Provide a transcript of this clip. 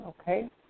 okay